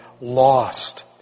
lost